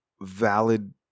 valid